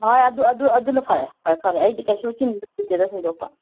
ꯍꯣꯏ ꯑꯗꯨ ꯑꯗꯨ ꯑꯗꯨꯅ ꯐꯔꯦ ꯈ꯭ꯋꯥꯏ ꯐꯔꯦ ꯑꯩꯗꯤ ꯀꯩꯁꯨ ꯆꯤꯟꯕꯨ ꯆꯤꯟꯗꯦꯗ ꯊꯣꯏꯗꯣꯛꯄ